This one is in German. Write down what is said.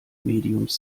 mediums